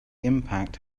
impact